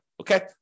Okay